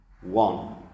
one